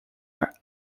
are